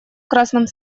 красном